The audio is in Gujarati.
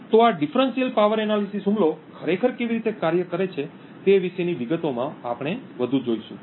તો આ વિભેદક શક્તિ વિશ્લેષણ હુમલો ખરેખર કેવી રીતે કાર્ય કરે છે તે વિશેની વિગતોમાં આપણે વધુ જોઈશું